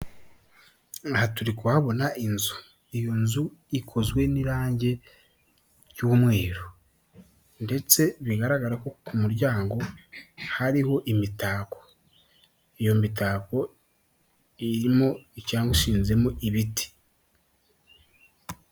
Aha turi kuhabona inzu, iyo nzu ikozwe n'irange ry'umweru ndetse bigaragara ko ku muryango hariho imitako, iyo mitako irimo cyangwa ishinzemo ibiti.